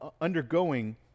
undergoing